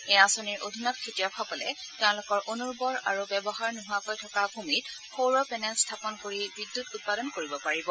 এই আঁচনিৰ অধীনত খেতিয়কসকলে তেওঁলোকৰ অনুবৰ্বৰ আৰু ব্যৱহাৰ নোহোৱাকৈ থকা ভূমিত সৌৰ পেনেল স্থাপন কৰি বিদ্যুৎ উৎপাদন কৰিব পাৰিব